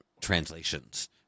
translations